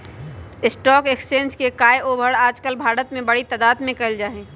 stock exchange के काएओवार आजकल भारत में बडी तादात में कइल जा हई